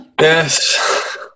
Yes